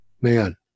Man